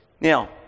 Now